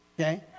Okay